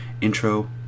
intro